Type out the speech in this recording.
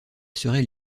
serait